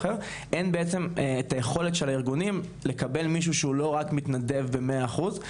אין את היכולת לארגונים לקבל מישהו שהוא לא רק מתנדב במאה אחוז,